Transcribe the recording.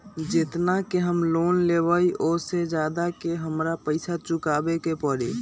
जेतना के हम लोन लेबई ओ से ज्यादा के हमरा पैसा चुकाबे के परी?